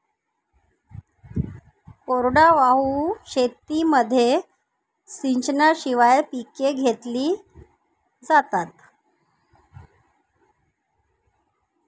कोरडवाहू शेतीमध्ये सिंचनाशिवाय पिके घेतली जातात